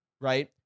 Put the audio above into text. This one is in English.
right